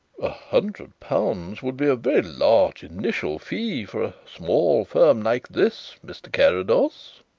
a hundred pounds would be a very large initial fee for a small firm like this, mr. carrados,